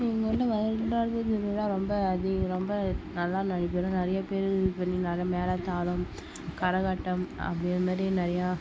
எங்கள் ஊரில் வருடாந்திர திருவிழா ரொம்ப அதி ரொம்ப நல்லா நடைபெறும் நிறைய பேரு இது பண்ணி நிறைய மேளதாளம் கரகாட்டம் அப்படி அதுமாதிரி நிறையா